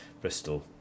bristol